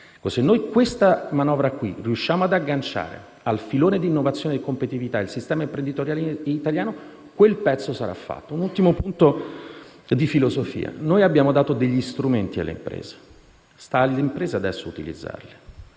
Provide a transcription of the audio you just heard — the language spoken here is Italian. Se noi riusciremo ad agganciare questa manovra al filone di innovazione e competitività del sistema imprenditoriale italiano, quel pezzo sarà fatto. Come ultimo punto di filosofia, abbiamo dato degli strumenti alle imprese. Sta alle imprese adesso utilizzarli.